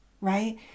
right